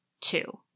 two